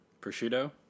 prosciutto